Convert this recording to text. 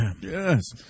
Yes